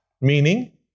meaning